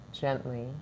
gently